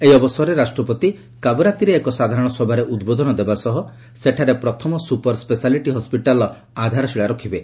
ଏହି ଅବସରରେ ରାଷ୍ଟ୍ରପତି କାବରାତିରେ ଏକ ସାଧାରଣସଭାରେ ଉଦ୍ବୋଧନ ଦେବା ସହ ସେଠାରେ ପ୍ରଥମ ସ୍କୁପର୍ ସ୍ୱେଶାଲିଟି ହସ୍କିଟାଲ୍ର ଆଧାରଶୀଳା ରଖିବେ